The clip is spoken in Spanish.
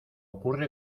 ocurre